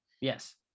yes